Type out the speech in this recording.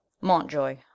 Montjoy